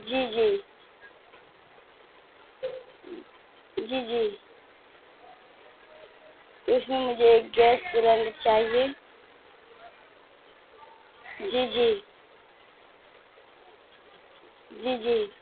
جی جی جی جی تو اس میں مجھے ایک گیس سلینڈر چاہیے جی جی جی جی